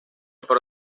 para